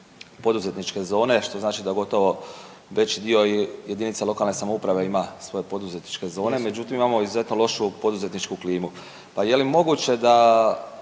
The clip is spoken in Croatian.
poduzetničke zone što znači da gotovo veći dio i jedinica lokale samouprave ima svoje poduzetničke zone međutim imamo izuzetno lošu poduzetničku klimu. Pa je li moguće da